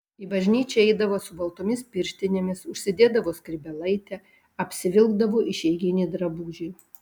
į bažnyčią eidavo su baltomis pirštinėmis užsidėdavo skrybėlaitę apsivilkdavo išeiginį drabužį